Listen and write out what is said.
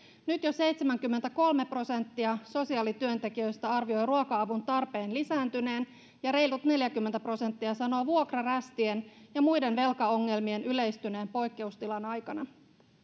nyt jo seitsemänkymmentäkolme prosenttia sosiaalityöntekijöistä arvioi ruoka avun tarpeen lisääntyneen ja reilut neljäkymmentä prosenttia sanoo vuokrarästien ja muiden velkaongelmien yleistyneen poikkeustilan aikana